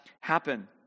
happen